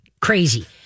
crazy